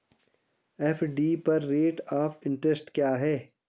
FD पर rate of interest क्या है?